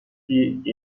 tirs